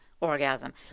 orgasm